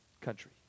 country